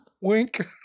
wink